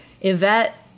Yvette